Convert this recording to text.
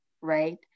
right